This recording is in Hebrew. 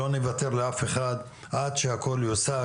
לא נוותר לאף אחד עד שהכל יושג,